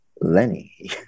Lenny